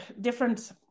different